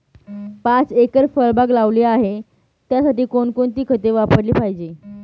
पाच एकर फळबाग लावली आहे, त्यासाठी कोणकोणती खते वापरली पाहिजे?